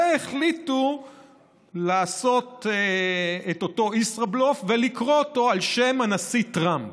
והחליטו לעשות את אותו ישראבלוף ולקרוא אותו על שם הנשיא טראמפ.